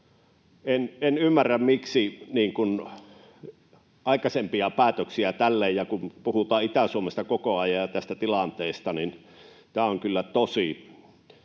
En ymmärrä aikaisempia päätöksiä tälle, ja kun puhutaan Itä-Suomesta ja tästä tilanteesta koko ajan, niin tämä on kyllä tosi